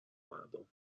مردم